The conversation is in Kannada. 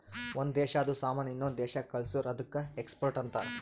ಒಂದ್ ದೇಶಾದು ಸಾಮಾನ್ ಇನ್ನೊಂದು ದೇಶಾಕ್ಕ ಕಳ್ಸುರ್ ಅದ್ದುಕ ಎಕ್ಸ್ಪೋರ್ಟ್ ಅಂತಾರ್